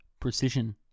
precision